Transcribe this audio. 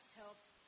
helped